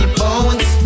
bones